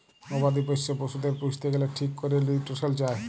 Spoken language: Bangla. গবাদি পশ্য পশুদের পুইসতে গ্যালে ঠিক ক্যরে লিউট্রিশল চায়